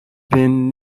been